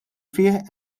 fih